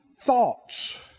thoughts